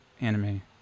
anime